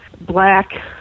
black